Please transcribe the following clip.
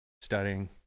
studying